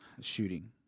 Shooting